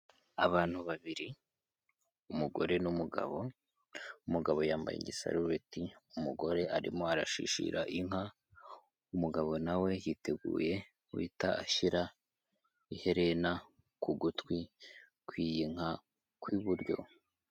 Abantu babiri umugore n'umugabo, umugabo yambaye igisarubeti, umugore arimo arashishira inka, umugabo na we yiteguye guhita ashyira iherena ku gutwi ku iyi nka ku iburyo.